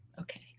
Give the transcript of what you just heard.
Okay